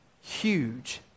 huge